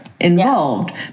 involved